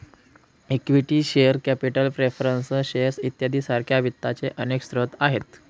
equity share capital preference shares इत्यादी सारख्या वित्ताचे अनेक स्रोत आहेत